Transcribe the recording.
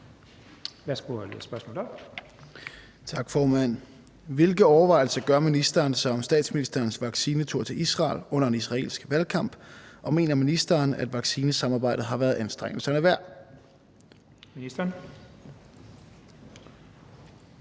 Hvilke overvejelser gør ministeren sig om statsministerens vaccinetur til Israel under en israelsk valgkamp, og mener ministeren, at vaccinesamarbejdet har været anstrengelserne værd?